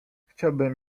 chciałbym